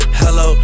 hello